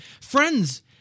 Friends